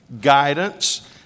guidance